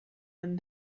one